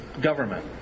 government